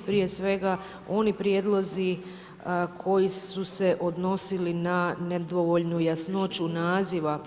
Prije svega, oni prijedlozi, koji su se odnosili na nedovoljnu jasnoću, naziva,